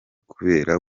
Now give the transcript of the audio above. kubera